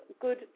good